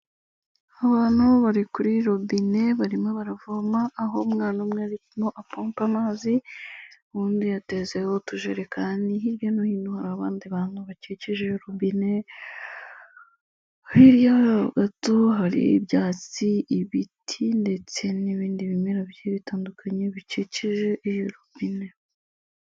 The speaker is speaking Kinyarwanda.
Abantu bari kuri robine barimo baravoma, aho umwana umwe arimo apompa amazi, uwundi yatezeho utujerekani, hirya no hino hari abandi bantu bakikije robine, hirya yaho gato hari ibyatsi, ibiti ndetse n'ibindi bimera bigiye bitandukanye bikikije iyo robine.